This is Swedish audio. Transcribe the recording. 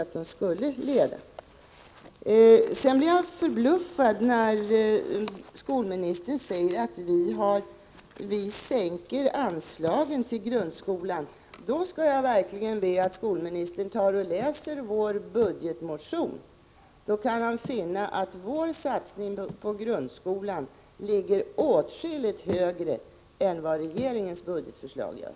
Jag blev faktiskt förbluffad när skolministern sade att vi sänker anslagen till grundskolan. Då skall jag verkligen be att skolministern tar och läser vår motion, så skall han finna att vår satsning på grundskolan ligger åtskilligt högre än vad regeringens budgetförslag gör.